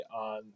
on